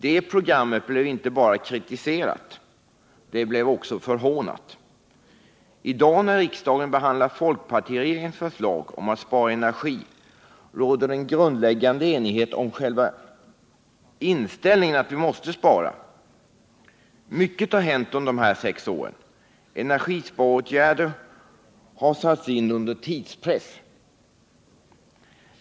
Det programmet blev inte bara kritiserat. Det blev också förhånat. I dag, när riksdagen behandlar folkpartiregeringens förslag om att spara energi, råder det en grundläggande enighet om själva inställningen att vi måste spara. Mycket har hänt under de här sex åren. Energisparåtgärder har satts in under tidspress.